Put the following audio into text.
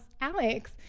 Alex